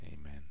Amen